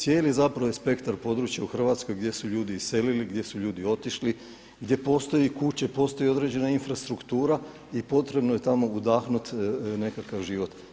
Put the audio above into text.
Cijeli zapravo je spektar područja u Hrvatskoj gdje su ljudi iselili, gdje su ljudi otišli, gdje postoje kuće, postoji određena infrastruktura i potrebno je tamo udahnut nekakav život.